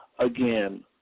Again